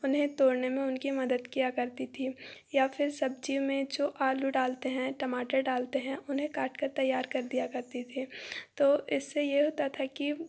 उन्हें तोड़ने में उनकी मदद किया करती थी या फिर सब्ज़ी में जो आलू डालते हैं टमाटर डालते हैं उन्हें काट कर तैयार कर दिया करती थी तो इससे ये होता था कि